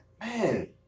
Man